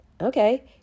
Okay